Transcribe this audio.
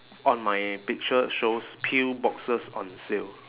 on my picture shows pill boxes on sale